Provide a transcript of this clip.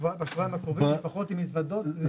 בשבועיים הקרובים משפחות עם מזוודות.